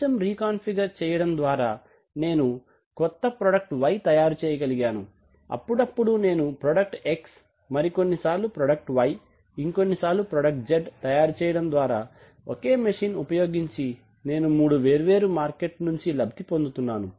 కొంచెం రీకాంఫిగర్ చేయడం ద్వారా నేను కొత్త ప్రొడక్ట్ Y తయారు చేయగలిగాను అప్పుడప్పుడు నేను ప్రోడక్ట్ X మరికొన్నిసార్లు ప్రోడక్ట్ Yఇంకొన్నిసార్లు ప్రోడక్ట్ Z తయారు చేయడం ద్వారా ఒకే మెషిన్ ఉపయోగించి నేను 3 వేర్వేరు మార్కెట్ నుంచి లబ్ధి పొందుతున్నాను